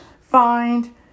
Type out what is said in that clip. find